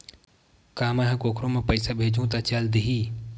का मै ह कोखरो म पईसा भेजहु त चल देही?